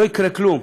לא היה קורה כלום